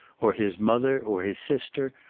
or his mother, or his sister,